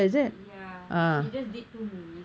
ya she just did two movies